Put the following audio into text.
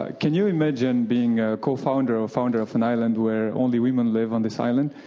ah can you imagine being a cofounder or founder of an island where only women live on this island?